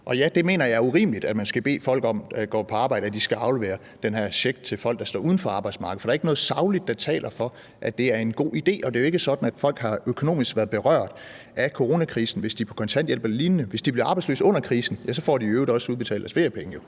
det mener jeg er urimeligt, altså at man skal bede folk, der går på arbejde, om, at de skal aflevere den her check til folk, der står uden for arbejdsmarkedet, for der er ikke noget sagligt, der taler for, at det er en god idé. Og det er jo ikke sådan, at folk økonomisk har været berørt af coronakrisen, hvis de er på kontanthjælp eller lignende. Hvis de blev arbejdsløse under krisen, får de i øvrigt også udbetalt deres feriepenge,